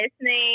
listening